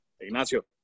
Ignacio